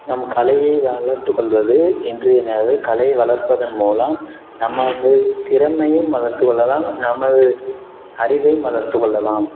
நம்ம கலையை வளர்த்துக் கொள்வது இன்றியமையாது கலை வளர்ப்பதன் மூலம் நம்ம வந்து திறமையும் வளர்த்துக் கொள்ளலாம் நமது அறிவையும் வளர்த்துக் கொள்ளலாம்